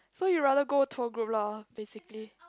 so you rather go tour group lah basically